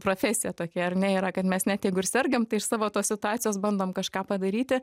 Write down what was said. profesija tokia ar ne yra kad mes net jeigu ir sergam tai iš savo tos situacijos bandom kažką padaryti